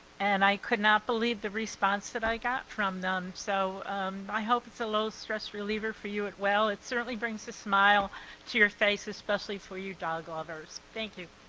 and i could not believe the response that i got from them. so i hope it's a little stress reliever for you at well. it certainly brings a smile to your face, especially for you dog lovers. thank you.